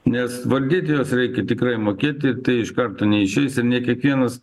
nes valdyti juos reikia tikrai mokėti tai iš karto neišeis ir ne kiekvienas